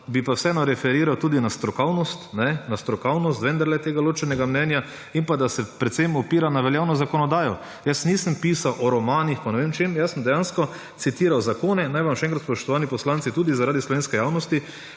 Bi pa vseeno referiral tudi na strokovnost tega ločenega mnenja in da se predvsem opiram na veljavno zakonodajo. Jaz nisem pisal o romanih in ne vem čem, jaz sem dejansko citiral zakone. Naj vam še enkrat, spoštovani poslanci, tudi zaradi slovenske javnosti,